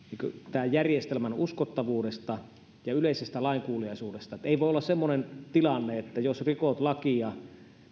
tämän järjestelmän uskottavuudesta ja yleisestä lainkuuliaisuudesta ei voi olla semmoinen tilanne että jos rikot lakia